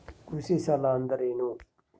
ಕೃಷಿ ಸಾಲ ಅಂದರೇನು?